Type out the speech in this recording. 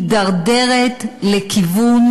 מידרדרת לכיוון,